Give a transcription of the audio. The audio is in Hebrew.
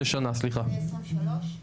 לסוף 2023?